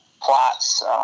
plots